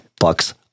bucks